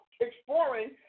exploring